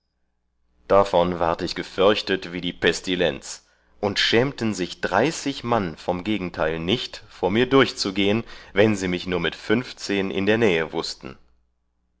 davon ward ich geförchtet wie die pestilenz und schämten sich dreißig mann vom gegenteil nicht vor mir durchzugehen wann sie mich nur mit fünfzehn in der nähe wußten